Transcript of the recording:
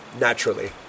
naturally